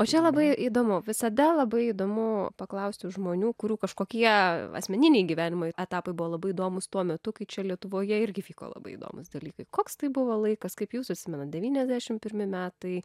o čia labai įdomu visada labai įdomu paklausti žmonių kurių kažkokie asmeniniai gyvenimai etapai buvo labai įdomūs tuo metu kai čia lietuvoje irgi vyko labai įdomūs dalykai koks tai buvo laikas kaip jūs atsimenat devyniasdešim pirmi metai